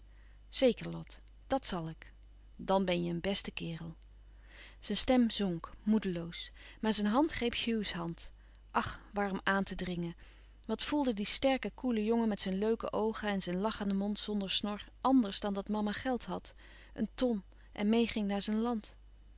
zeker lot dàt zal ik dan ben je een beste kerel zijn stem zonk moedeloos maar zijn hand greep hughs hand ach waarom aan te dringen wat voelde die sterke koele jongen met zijn leuke oogen en zijn lachenden mond zonder snor ànders dan dat mama geld had een ton en meê ging naar zijn land